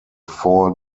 four